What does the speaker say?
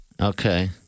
Okay